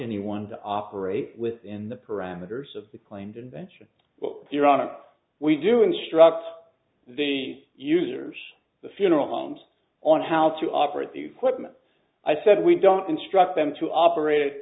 anyone to operate within the parameters of the claimed invention but your honor we do instruct the users the funeral homes on how to operate the equipment i said we don't instruct them to operate